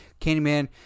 Candyman